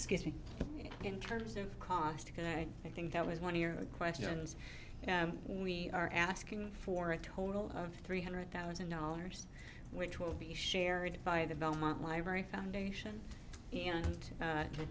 you in terms of cost because i think that was one of your questions we are asking for a total of three hundred thousand dollars which will be shared by the belmont library foundation and the t